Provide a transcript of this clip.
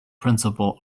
principal